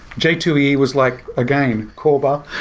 j two e e was like a game core bar.